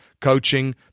coaching